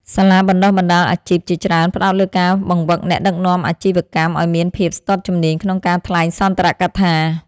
សាលាបណ្ដុះបណ្ដាលអាជីព ជាច្រើនផ្ដោតលើការបង្វឹកអ្នកដឹកនាំអាជីវកម្មឱ្យមានភាពស្ទាត់ជំនាញក្នុងការថ្លែងសន្ទរកថា។